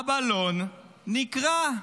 הבלון נקרע.